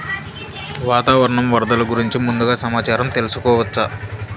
వాతావరణం వరదలు గురించి ముందుగా సమాచారం తెలుసుకోవచ్చా?